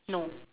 no